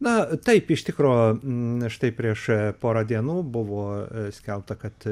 na taip iš tikro na štai prieš porą dienų buvo skelbta kad